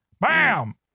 Bam